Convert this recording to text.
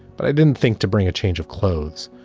but i didn't think to bring a change of clothes.